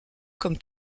comme